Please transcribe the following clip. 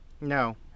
no